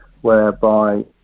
whereby